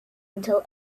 until